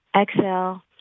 Exhale